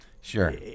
sure